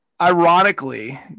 Ironically